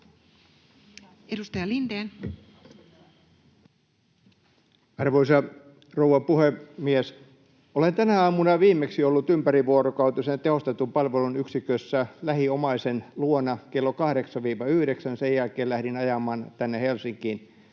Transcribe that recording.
17:57 Content: Arvoisa rouva puhemies! Olen tänä aamuna viimeksi ollut ympärivuorokautisen tehostetun palvelun yksikössä lähiomaisen luona klo 8—9. Sen jälkeen lähdin ajamaan tänne Helsinkiin.